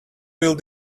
will